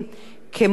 כמו גם,